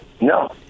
No